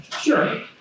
Sure